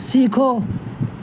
سیکھو